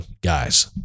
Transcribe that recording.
guys